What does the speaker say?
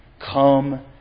Come